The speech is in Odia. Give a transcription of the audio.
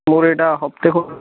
ମୋର ଏଇଟା ହପ୍ତେ ହୋ